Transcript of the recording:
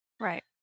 Right